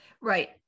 Right